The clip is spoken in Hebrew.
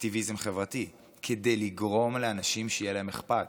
אקטיביזם חברתי, כדי לגרום לאנשים שיהיה להם אכפת.